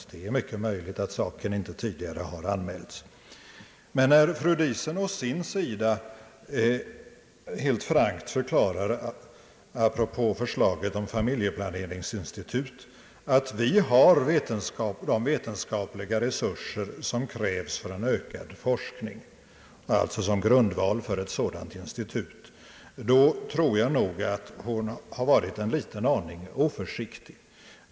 Det är mycket möjligt att saken tidigare inte har anmälts. När fru Diesen å sin sida helt frankt förklarar apropå förslaget om ett familjeplaneringsinstitut att vi har de vetenskapliga resurser som krävs för en ökad forskning såsom grundval för ett sådant institut, tror jag nog att hon var en aning oförsiktig.